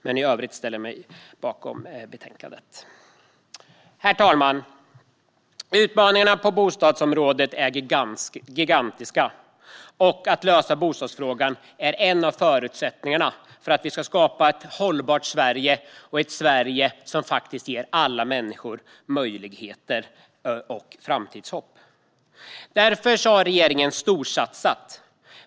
I övrigt ställer jag mig alltså bakom förslaget i betänkandet. Herr talman! Utmaningarna på bostadsområdet är gigantiska, och att lösa bostadsfrågan är en av förutsättningarna för att vi ska kunna skapa ett hållbart Sverige som faktiskt ger alla människor möjligheter och framtidshopp. Därför har regeringen storsatsat.